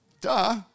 Duh